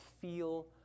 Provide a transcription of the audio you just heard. feel